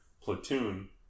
Platoon